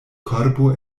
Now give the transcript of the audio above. korbo